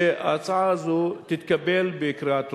שההצעה הזו תתקבל בקריאה טרומית.